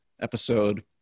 episode